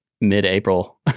mid-April